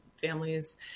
families